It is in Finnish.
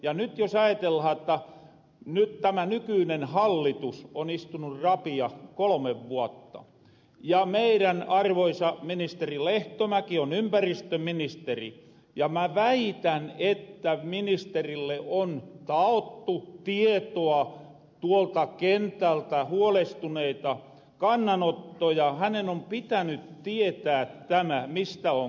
nyt jos ajatellahan jotta tämä nykyinen hallitus on istunu rapiat kolme vuotta ja meidän arvoisa ministeri lehtomäki on ympäristöministeri ja mä väitän että ministerille on taottu tietoa tuolta kentältä huolestuneita kannanottoja hänen on pitänyt tietää tämä mistä on kysymys